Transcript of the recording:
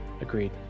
agreed